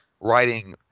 writing